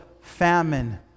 famine